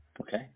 okay